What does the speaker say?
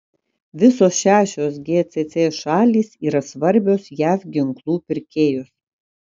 visos šešios gcc šalys yra svarbios jav ginklų pirkėjos